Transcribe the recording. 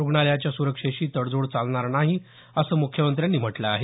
रुग्णालयाच्या सुरक्षेशी तडजोड चालणार नाही असं मुख्यमंत्र्यांनी म्हटलं आहे